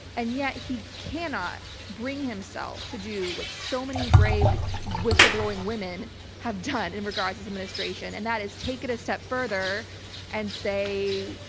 and yet he cannot bring himself to do what so many brave whistleblowing women have done in regards to this administration. and that has taken a step further and say,